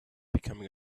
becoming